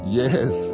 yes